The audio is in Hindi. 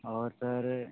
और सर